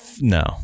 No